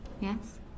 Yes